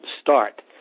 start